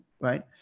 Right